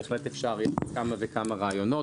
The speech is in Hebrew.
בהחלט אפשר להגיד כמה וכמה רעיונות,